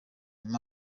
kujya